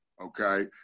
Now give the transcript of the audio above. okay